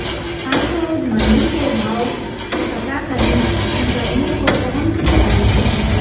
हर रोज़ मंडी के भाव पता करने को कौन सी ऐप है?